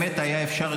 מה זה סותר?